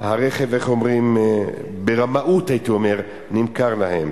איך אומרים, ברמאות, הייתי אומר, נמכר להם.